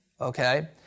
okay